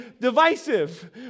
divisive